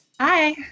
Hi